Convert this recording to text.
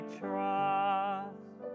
trust